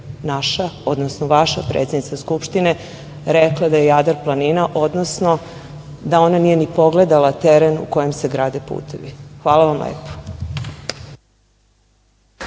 odnosno vaša predsednica Skupštine rekla da je Jadar planina, odnosno da ona nije ni pogledala teren u kojem se grade putevi. Hvala vam lepo.